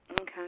Okay